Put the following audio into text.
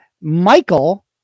Michael